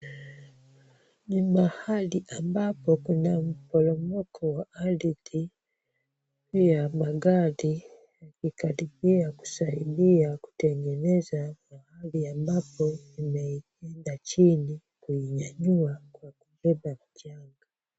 Ni mahali ambapo kuna mporomoko wa ardhi. Juu ya magari yakikaribia kusaidia kutengeneza pahali ambapo imeenda chini kuinyanyua kwa kubeba mchanga.